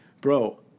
Bro